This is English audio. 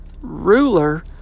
ruler